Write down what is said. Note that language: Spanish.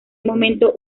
momento